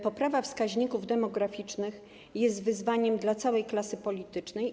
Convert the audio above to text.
Poprawa wskaźników demograficznych jest wyzwaniem dla całej klasy politycznej.